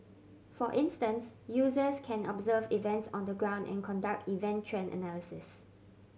for instance users can observe events on the ground and conduct event trend analysis